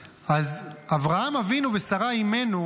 אברהם אבינו ושרה אימנו,